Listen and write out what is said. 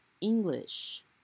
English